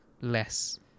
less